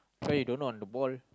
fair you don't know on the ball